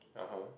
(uh huh)